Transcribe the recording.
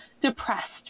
depressed